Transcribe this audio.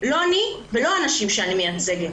לא אני ולא האנשים שאני מייצגת.